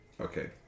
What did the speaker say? okay